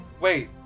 Wait